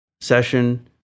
session